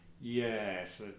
yes